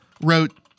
wrote